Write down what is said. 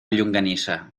llonganissa